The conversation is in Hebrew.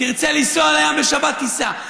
תרצה לנסוע לים בשבת, תיסע.